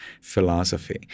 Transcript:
philosophy